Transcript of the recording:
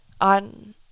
on